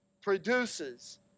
produces